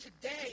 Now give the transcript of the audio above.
today –